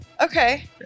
Okay